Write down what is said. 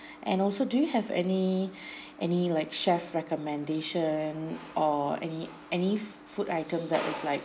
and also do you have any any like chef recommendation or any any food item that is like